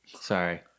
Sorry